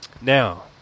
Now